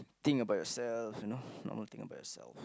thing about yourself you know normal thing about yourself